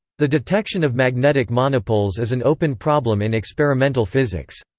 the detection of magnetic monopoles is an open problem in experimental physics.